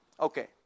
Okay